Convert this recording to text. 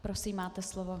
Prosím, máte slovo.